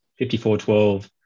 54-12